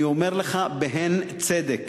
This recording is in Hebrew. אני אומר לך בהן צדק,